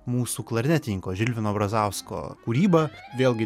mūsų klarnetininko žilvino brazausko kūryba vėlgi